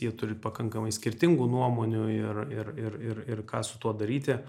jie turi pakankamai skirtingų nuomonių ir ir ir ir ką su tuo daryti